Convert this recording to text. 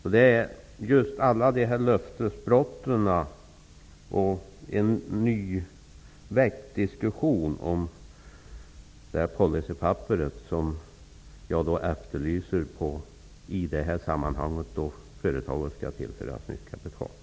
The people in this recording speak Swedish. I det här sammanhanget då företaget tillförs nytt kapital efterlyser jag en ny diskussion om just alla dessa löftesbrott och policypapperet.